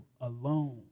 alone